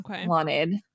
wanted